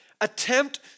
attempt